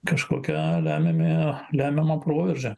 kažkokią lemiame lemiamą proveržį